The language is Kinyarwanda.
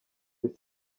njye